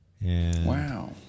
Wow